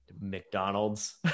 McDonald's